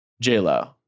J-Lo